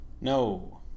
No